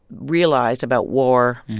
realized about war,